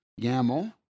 YAML